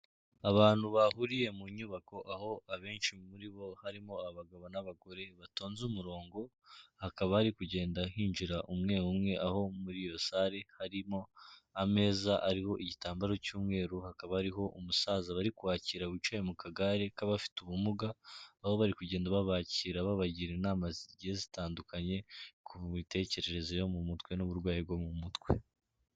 Abantu bahuriye mu nyubako aho abenshi muri bo harimo abagabo n'abagore batonze umurongo, hakaba hari kugenda hinjira umwe umwe aho muri iyo sale harimo ameza ariho igitambaro cy'umweru, hakaba hariho umusaza bari kwakira wicaye mu kagare k'abafite ubumuga, aho bari kugenda babakira babagira inama zigiye zitandukanye ku mitekerereze yo mu mutwe n'uburwayi bwo mu mutwe.